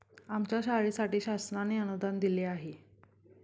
आमच्या शाळेसाठी शासनाने अनुदान दिले आहे